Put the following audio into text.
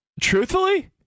Truthfully